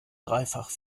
dreifach